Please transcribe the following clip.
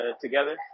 together